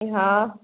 हाँ